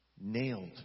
nailed